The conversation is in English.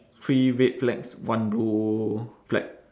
three red flags one blue flag